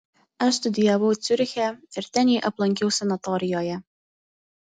aš studijavau ciuriche ir ten jį aplankiau sanatorijoje